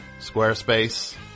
Squarespace